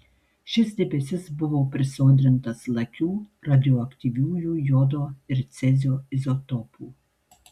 šis debesis buvo prisodrintas lakių radioaktyviųjų jodo ir cezio izotopų